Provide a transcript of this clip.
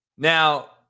Now